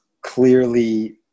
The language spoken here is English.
clearly